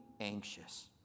anxious